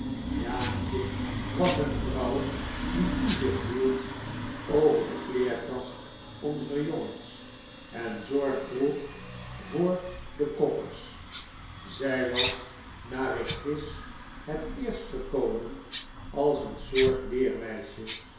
jaantje was een vrouw die toezicht hield over de kleerkast onzer jongens en zorg droeg voor de koifers zjj was naar ik gis het eerstgekomenals een soort